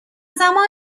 زمان